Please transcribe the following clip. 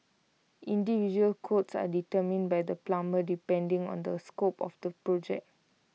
individual quotes are determined by the plumber depending on the scope of the project